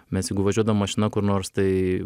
mes jeigu važiuodamom mašina kur nors tai